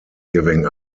giving